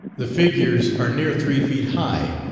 the figures are near three feet high,